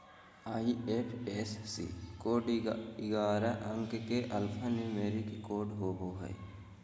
IFSC code ग्यारह अंक के एल्फान्यूमेरिक कोड होवो हय